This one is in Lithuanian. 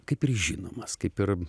kaip ir žinomas kaip ir